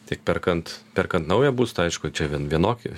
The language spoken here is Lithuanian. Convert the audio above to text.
tik perkant perkant naują būstą aišku čia vien vienokie